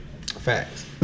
Facts